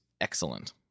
excellent